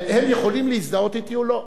הם יכולים להזדהות אתי או לא.